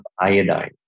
iodine